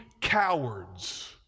cowards